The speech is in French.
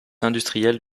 industriels